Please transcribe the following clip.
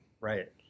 right